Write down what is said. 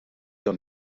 dans